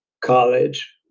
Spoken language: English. college